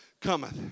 cometh